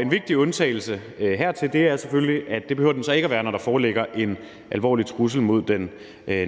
En vigtig undtagelse hertil er selvfølgelig, at den ikke behøver at være det, når der foreligger en alvorlig trussel mod den